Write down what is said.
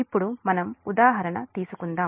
ఇప్పుడు మనం ఉదాహరణ తీసుకుందాం